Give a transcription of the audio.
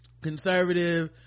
conservative